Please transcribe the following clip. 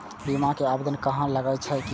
बीमा के आवेदन कहाँ लगा सके छी?